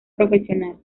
profesional